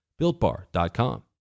builtbar.com